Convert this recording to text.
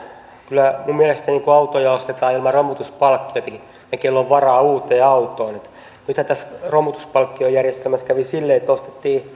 kyllä minun mielestäni autoja ostetaan ilman romutuspalkkioitakin ne ostavat joilla on varaa uuteen autoon nythän tässä romutuspalkkiojärjestelmässä kävi siten että ostettiin